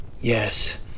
Yes